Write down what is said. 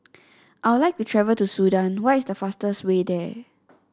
I would like to travel to Sudan what is the fastest way there